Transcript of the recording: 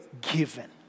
given